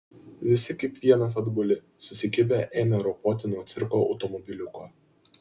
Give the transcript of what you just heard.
visi kaip vienas atbuli susikibę ėmė ropoti nuo cirko automobiliuko